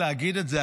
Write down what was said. להגיד את זה.